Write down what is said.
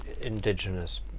indigenous